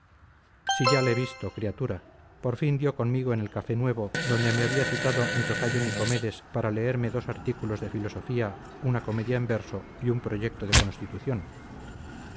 si ya le he visto criatura por fin dio conmigo en el café nuevo donde me había citado mi tocayo nicomedes para leerme dos artículos de filosofía una comedia en verso y un proyecto de constitución